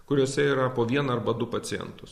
kuriose yra po vieną arba du pacientus